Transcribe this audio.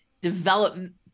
development